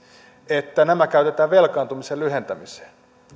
että nämä käytetään velkaantumisen lyhentämiseen